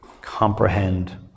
comprehend